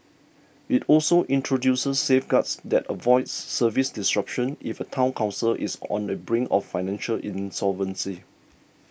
it also introduces safeguards that avoid service disruptions if a Town Council is on the brink of financial insolvency